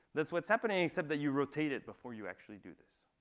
that's what's happening, except that you rotate it before you actually do this.